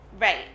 Right